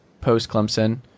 post-Clemson